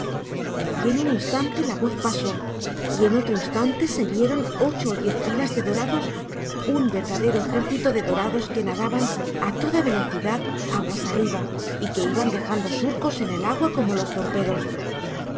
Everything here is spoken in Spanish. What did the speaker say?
y en un instante la voz pasó y en otro instante se vieron ocho o diez filas de dorados un verdadero ejército de dorados que nadaban a toda velocidad aguas arriba y que iban dejando surcos en el agua como los torpedos